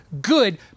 good